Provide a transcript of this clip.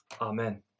Amen